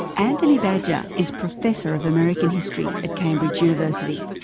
anthony badger is professor of american history at cambridge university.